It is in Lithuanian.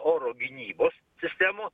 oro gynybos sistemų